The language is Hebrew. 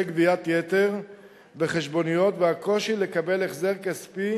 גביית יתר בחשבוניות והקושי לקבל החזר כספי